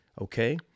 Okay